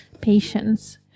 Patience